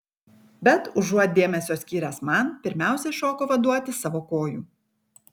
bet užuot dėmesio skyręs man pirmiausia šoko vaduoti savo kojų